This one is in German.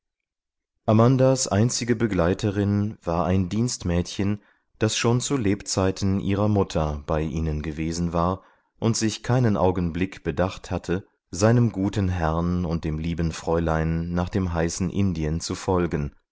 amandas einzige begleiterin war ein dienstmädchen das schon zu lebzeiten ihrer mutter bei ihnen gewesen war und sich keinen augenblick bedacht hatte seinem guten herrn und dem lieben fräulein nach dem heißen indien zu folgen